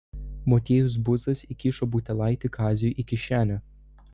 motiejus buzas įkišo butelaitį kaziui į kišenę